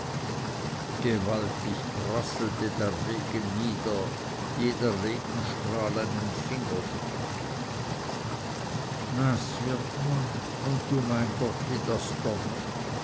gewaltig prasselte der regen nieder jeder regenstrahl einen finger dick naß naß wird man und du mein gott wie das donnert